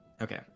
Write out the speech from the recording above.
Okay